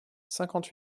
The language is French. cinquante